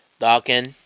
Dawkins